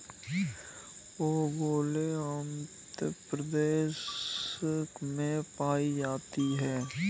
ओंगोले आंध्र प्रदेश में पाई जाती है